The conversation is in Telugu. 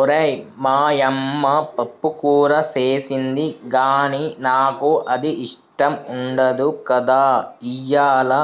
ఓరై మా యమ్మ పప్పుకూర సేసింది గానీ నాకు అది ఇష్టం ఉండదు కదా ఇయ్యల